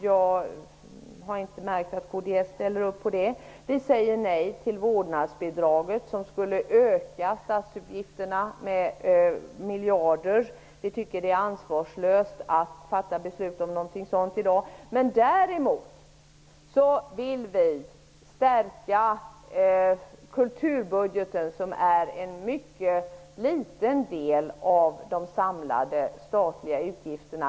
Jag har inte märkt att kds ställer upp på det. Vi säger nej till vårdnadsbidraget. Det skulle öka statsutgifterna med miljarder. Vi tycker att det är ansvarslöst att fatta beslut om något sådant i dag. Däremot vill vi stärka kulturbudgeten. Den är en mycket liten del av de samlade statliga utgifterna.